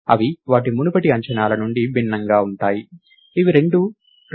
అవి వాటి మునుపటి అంచనాల నుండి భిన్నంగా ఉన్నాయి ఇవి రెండూ 2